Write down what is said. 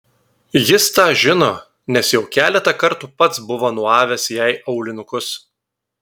jis tą žino nes jau keletą kartų pats buvo nuavęs jai aulinukus